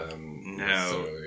No